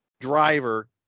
driver